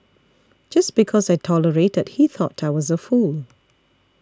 just because I tolerated he thought I was a fool